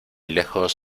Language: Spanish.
lejos